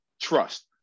trust